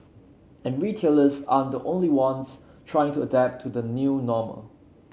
and retailers aren't the only ones trying to adapt to the new normal